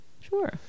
Sure